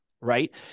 right